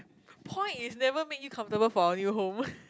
point is never make you comfortable for a new home